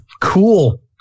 cool